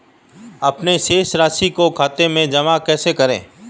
अपने शेष राशि को खाते में जमा कैसे करें?